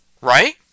Right